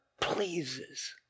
pleases